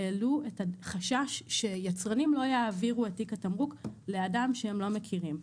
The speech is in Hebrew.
העלו את החשש שיצרנים לא יעבירו את תיק התמרוק לאדם שהם לא מכירים.